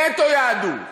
נטו יהדות.